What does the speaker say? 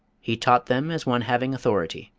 he taught them as one having authority.